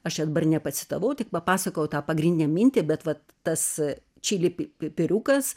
aš čia dabar nepacitavau tik papasakojau tą pagrindinę mintį bet vat tas čili pi pipiriukas